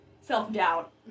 self-doubt